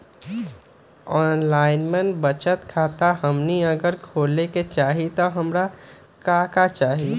Online बचत खाता हमनी अगर खोले के चाहि त हमरा का का चाहि?